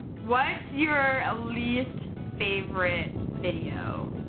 what's your ah least favorite video?